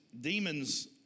Demons